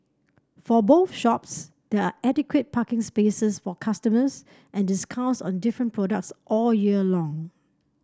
for both shops there are adequate parking spaces for customers and discounts on different products all year long